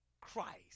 Christ